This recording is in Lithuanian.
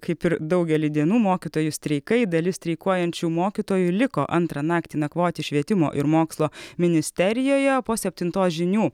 kaip ir daugelį dienų mokytojų streikai dalis streikuojančių mokytojų liko antrą naktį nakvoti švietimo ir mokslo ministerijoje po septintos žinių